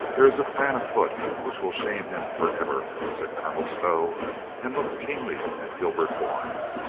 there is a plan afoot which will shame him for ever, said colonel stow and looked keenly at gilbert bourne.